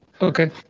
Okay